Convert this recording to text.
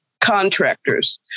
contractors